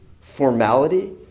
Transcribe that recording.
Formality